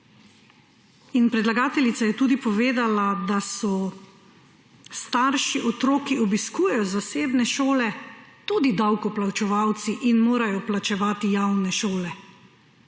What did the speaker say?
In predlagateljica je tudi povedala, da so starši otrok, ki obiskujejo zasebne šole, tudi davkoplačevalci in morajo plačevati javne šole.